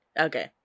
Okay